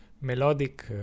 melodic